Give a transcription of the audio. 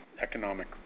economic